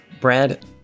Brad